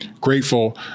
grateful